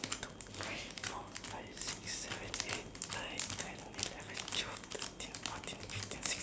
one two three four five six seven eight nine ten eleven twelve thirteen fourteen fifteen sixteen